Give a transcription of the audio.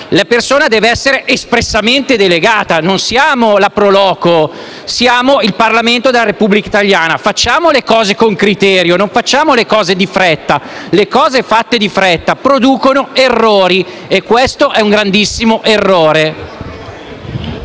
La persona deve essere espressamente delegata. Non siamo la *pro loco*, ma il Parlamento della Repubblica italiana: facciamo le cose con criterio, non di fretta. Le cose fatte di fretta producono errori e questo è a sua volta un grandissimo errore.